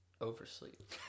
oversleep